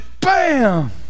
bam